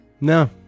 No